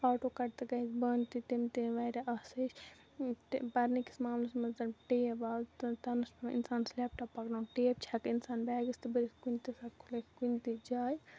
auto کَٹ تہِ گژھِ بنٛد تہِ تَمہِ تہِ أنۍ واریاہ آسٲیِش تہِ پَرنٕکِس معاملَس منٛز ٹیب آو تہٕ تَنہٕ اوس پٮ۪وان اِنسانَس لیپٹاپ پَکناوُن ٹیب چھِ ہٮ۪کان اِنسان بیگس تہِ بٔرِتھ کُنہِ تہِ ساتہٕ کُھلٲیِتھ کُنہِ تہِ جاے